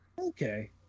Okay